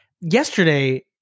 yesterday